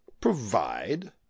provide